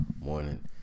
morning